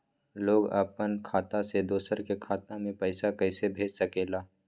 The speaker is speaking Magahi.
लोग अपन खाता से दोसर के खाता में पैसा कइसे भेज सकेला?